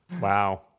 wow